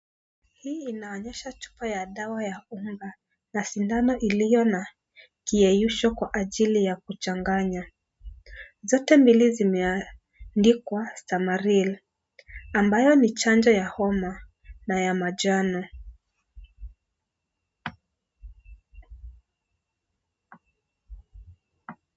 Hii inaonyesha chupa ya dawa ya unga na sindano iliyo na kiyeyusho kwa ajili ya kuchanganya. Zote mbili zimeandikwa (cs)Stamaril(cs),ambayo ni chanjo ya homa na ya manjano.